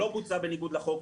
דבר לא בוצע בניגוד לחוק,